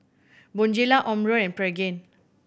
Bonjela Omron and Pregain